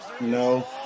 No